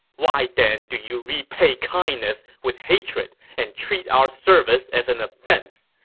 why then do you repay kindness with hatred and treat our service as an offense?